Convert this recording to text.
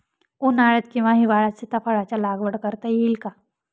उन्हाळ्यात किंवा हिवाळ्यात सीताफळाच्या लागवड करता येईल का?